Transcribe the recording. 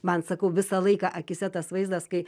man sakau visą laiką akyse tas vaizdas kai